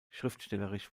schriftstellerisch